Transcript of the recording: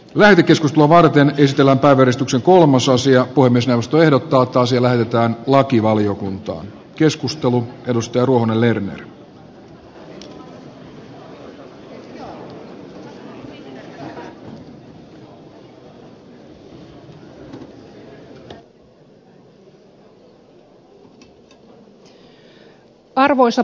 lähetekeskustelua varten kiistellä varmistuksen kolmososia voi myös joustoehdokkaat on siellä jotain lakivaliokunta on joskus tullut arvoisa puhemies